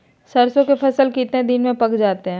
सरसों के फसल कितने दिन में पक जाते है?